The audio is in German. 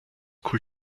ein